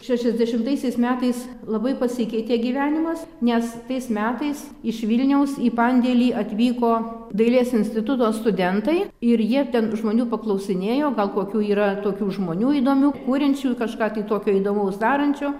šešiasdešimtaisiais metais labai pasikeitė gyvenimas nes tais metais iš vilniaus į pandėlį atvyko dailės instituto studentai ir jie ten žmonių paklausinėjo gal kokių yra tokių žmonių įdomių kuriančių kažką tai tokio įdomaus darančių